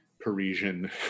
Parisian